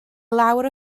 lawer